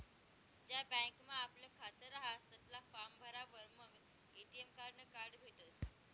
ज्या बँकमा आपलं खातं रहास तठला फार्म भरावर मंग ए.टी.एम नं कार्ड भेटसं